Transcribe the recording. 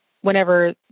whenever